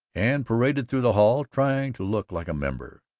and paraded through the hall, trying to look like a member.